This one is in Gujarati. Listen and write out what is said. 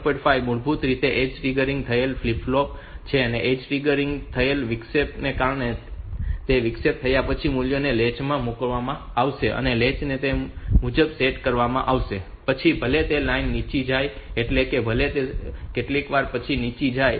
5 મૂળભૂત રીતે ઍજ ટ્રિગર થયેલ ફ્લિપ ફ્લોપ ઍજ ટ્રિગર થયેલ વિક્ષેપ છે કારણ કે તે વિક્ષેપ થયા પછી મૂલ્યને તે લૅચ માં મૂકવામાં આવશે અને લૅચ તે મુજબ સેટ કરવામાં આવશે પછી ભલે તે લાઇન નીચી જાય એટલે કે ભલે તે કેટલીકવાર પછી નીચી જાય